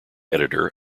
editor